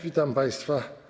Witam państwa.